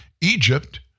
Egypt